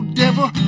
devil